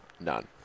None